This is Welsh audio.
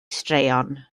straeon